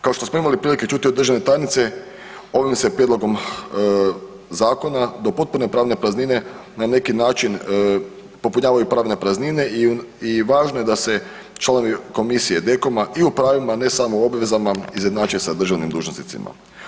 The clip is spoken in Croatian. Kao što smo imali prilike čuti od državne tajnice ovim se prijedlogom zakona do potpune pravne praznine na neki način popunjavaju pravne praznine i važno je da se članovi komisije DKOM-a i u pravima ne samo obvezama izjednače sa državnim dužnosnicima.